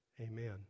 Amen